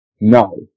No